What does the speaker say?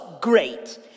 great